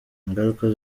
ingaruka